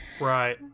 right